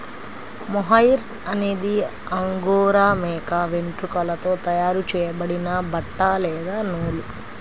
mohair అనేది angora మేక వెంట్రుకలతో తయారు చేయబడిన బట్ట లేదా నూలు